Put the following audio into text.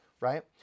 right